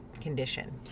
condition